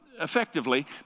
effectively